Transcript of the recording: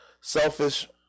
selfish